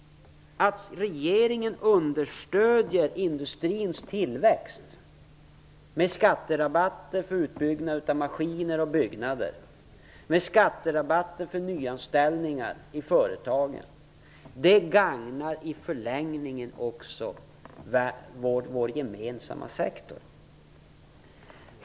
Att regeringen understödjer industrins tillväxt med skatterabatter för utbyggnad av maskiner och byggnader, för nyanställningar i företagen det gagnar i förlängningen också vår gemensamma sektor.